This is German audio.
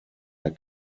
der